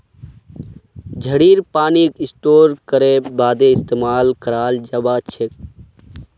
झड़ीर पानीक स्टोर करे बादे इस्तेमाल कराल जबा सखछे